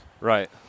Right